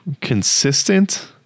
consistent